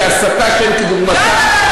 זו הסתה שאין כדוגמתה.